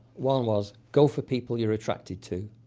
one was, go for people you're attracted to.